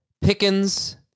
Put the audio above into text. Pickens